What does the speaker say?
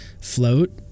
float